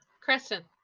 Crescent